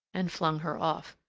and flung her off.